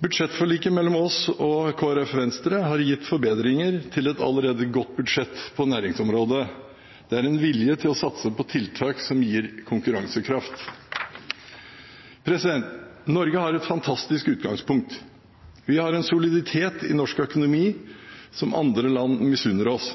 Budsjettforliket mellom regjeringen og Kristelig Folkeparti og Venstre har gitt forbedringer til et allerede godt budsjett på næringsområdet. Det er en vilje til å satse på tiltak som gir konkurransekraft. Norge har et fantastisk utgangspunkt. Vi har en soliditet i norsk økonomi som andre land misunner oss,